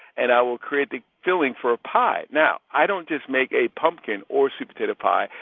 and i will create the filling for a pie. now, i don't just make a pumpkin or sweet potato pie.